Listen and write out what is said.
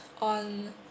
on